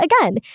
again